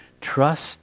Trust